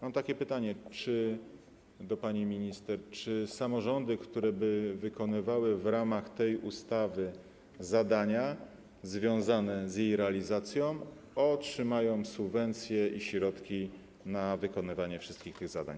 Mam takie pytanie do pani minister: Czy samorządy, które wykonywałyby w ramach tej ustawy zadania związane z jej realizacją, otrzymają subwencję i środki na wykonywanie wszystkich tych zadań?